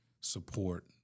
support